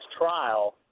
trial